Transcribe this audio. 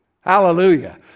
hallelujah